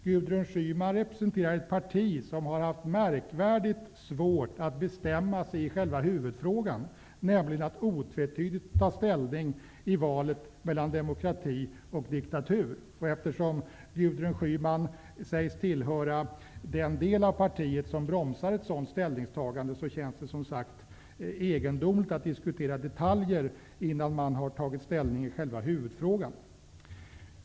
Gudrun Schyman representerar ett parti som har haft märkvärdigt svårt att bestämma sig i själva huvudfrågan, nämligen att otvetydigt ta ställning i valet mellan demokrati och diktatur. Eftersom Gudrun Schyman sägs tillhöra den del av partiet som bromsar ett sådant ställningstagande, känns det egendomligt att diskutera detaljer innan man har tagit ställning i själva huvudfrågan.